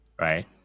Right